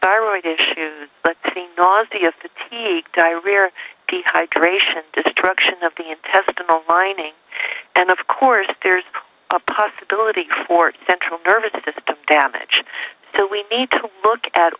die rare dehydration destruction of the intestinal lining and of course there's a possibility for central nervous system damage so we need to look at